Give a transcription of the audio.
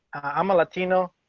i'm a latino.